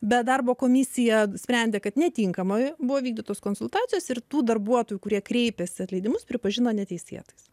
bet darbo komisija sprendė kad netinkamai buvo vykdytos konsultacijos ir tų darbuotojų kurie kreipėsi atleidimus pripažino neteisėtais